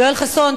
יואל חסון,